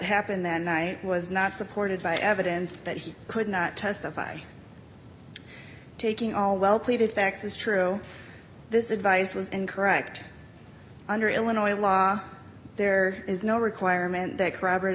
happened that night was not supported by evidence that he could not testify taking all well pleaded facts is true this advice was incorrect under illinois law there is no requirement that